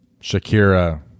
shakira